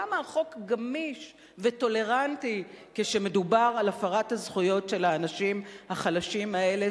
כמה החוק גמיש וטולרנטי כשמדובר על הפרת הזכויות של האנשים החלשים האלה,